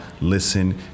Listen